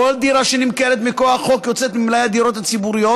כל דירה שנמכרת מכוח החוק יוצאת ממלאי הדירות הציבוריות